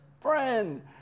friend